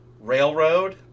railroad